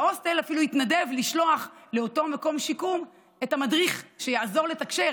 ההוסטל אפילו התנדב לשלוח לאותו מקום שיקום את המדריך שיעזור לתקשר,